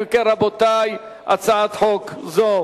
אם כן, רבותי, הצעת חוק זו